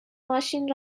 ماشین